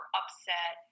upset